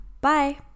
Bye